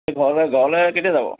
ঘৰ ঘৰলে কেতিয়া যাব